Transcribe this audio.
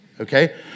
Okay